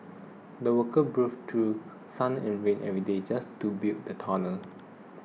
the workers braved through sun and rain every day just to build the tunnel